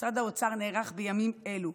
משרד האוצר נערך בימים אלו,